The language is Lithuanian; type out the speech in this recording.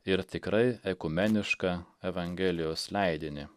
ir tikrai ekumenišką evangelijos leidinį